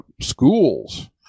schools